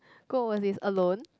go overseas alone